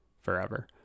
forever